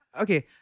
Okay